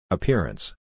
Appearance